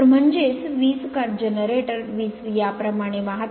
तर म्हणजेच वीज जनरेटर वीज याप्रमाणे वाहते